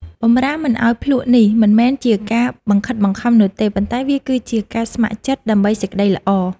បម្រាមមិនឱ្យភ្លក្សនេះមិនមែនជាការបង្ខិតបង្ខំនោះទេ ប៉ុន្តែវាគឺជាការស្ម័គ្រចិត្តដើម្បីសេចក្តីល្អ។